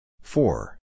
Four